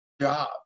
job